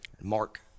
Mark